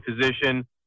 position